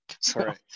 Sorry